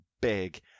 big